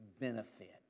benefit